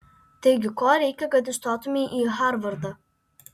taigi ko reikia kad įstotumei į harvardą